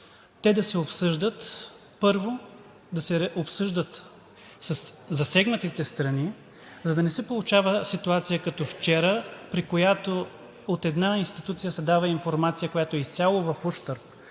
сектор, първо да се обсъждат със засегнатите страни, за да не се получава ситуация като вчера, при която от една институция се дава информация, която е в ущърб